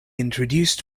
introduced